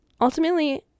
Ultimately